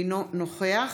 אינו נוכח